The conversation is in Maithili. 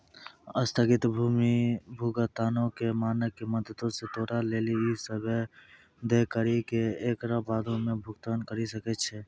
अस्थगित भुगतानो के मानक के मदतो से तोरा लेली इ सेबा दै करि के एकरा बादो मे भुगतान करि सकै छै